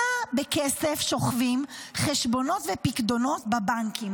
בכסף, כמה חשבונות ופיקדונות שוכבים בבנקים?